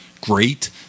great